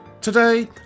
Today